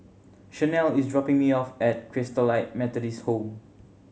Shanelle is dropping me off at Christalite Methodist Home